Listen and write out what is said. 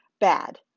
bad